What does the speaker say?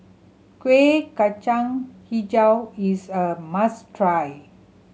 Kueh Kacang Hijau is a must try